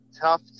tough